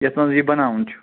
یَتھ منٛز یہِ بناوُن چھُ